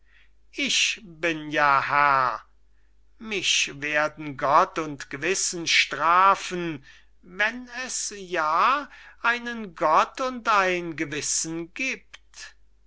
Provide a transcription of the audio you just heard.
ich bin ja herr mich werden gott und gewissen strafen wenn es ja einen gott und ein gewissen gibt